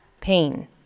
pain